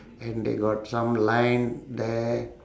and they got some line there